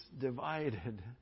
divided